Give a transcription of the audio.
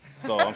so i